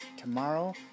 Tomorrow